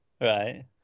Right